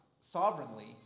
sovereignly